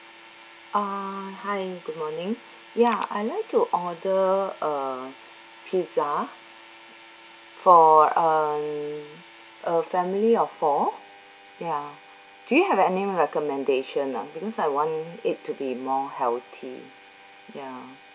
uh hi good morning ya I'd like to order uh pizza for um a family of four ya do you have any recommendation ah because I want it to be more healthy ya